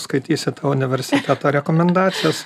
skaitysite universiteto rekomendacijas